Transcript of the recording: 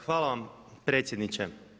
Hvala vam predsjedniče.